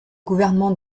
gouvernement